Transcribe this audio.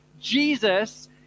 Jesus